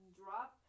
drop